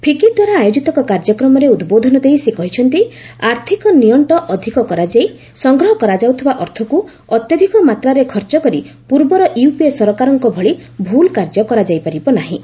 ଫିକି ଦ୍ୱାରା ଆୟୋଜିତ ଏକ କାର୍ଯ୍ୟକ୍ରମରେ ଉଦ୍ବୋଧନ ଦେଇ ସେ କହିଛନ୍ତି ଆର୍ଥକ ନିଅଣ୍ଟ ଅଧିକ କରାଯାଇ ସଂଗ୍ରହ କରାଯାଉଥିବା ଅର୍ଥକୁ ଅତ୍ୟଧିକ ମାତ୍ରାରେ ଖର୍ଚ୍ଚ କରି ପର୍ବର ୟପିଏ ସରକାରଙ୍କ ଭଳି ଭୁଲ୍ କାର୍ଯ୍ୟ କରାଯାଇପାରିବ ନାହିଁ